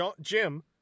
Jim